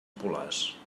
polars